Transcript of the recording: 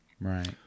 Right